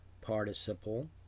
participle